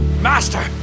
Master